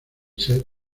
ser